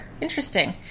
Interesting